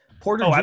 Porter